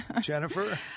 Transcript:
Jennifer